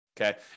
okay